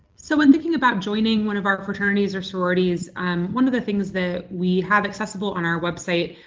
so when thinking about joining one of our fraternities or sororities, um one of the things that we have accessible on our website,